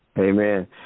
Amen